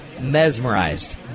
Mesmerized